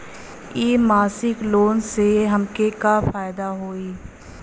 इ मासिक लोन से हमके का फायदा होई?